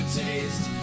taste